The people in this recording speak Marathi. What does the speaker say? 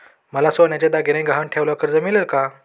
मला सोन्याचे दागिने गहाण ठेवल्यावर कर्ज मिळेल का?